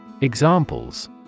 Examples